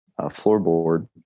floorboard